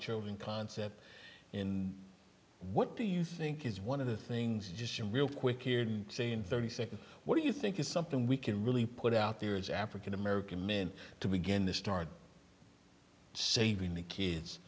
children concept what do you think is one of the things just in real quick here in thirty seconds what do you think is something we can really put out there as african american men to begin this start saving the kids